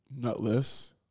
Nutless